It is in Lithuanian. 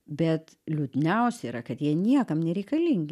bet liūdniausia yra kad jie niekam nereikalingi